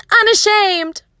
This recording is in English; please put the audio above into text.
unashamed